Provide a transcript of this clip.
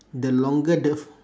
the longer the ph~